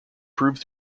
prove